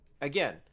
Again